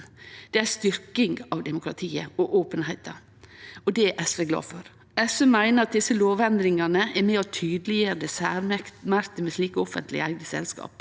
Det er ei styrking av demokratiet og openheit, og det er SV glad for. SV meiner at desse lovendringane er med på å tydeleggjere det særmerkte med slike offentleg eigde selskap.